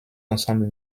ensemble